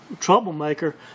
troublemaker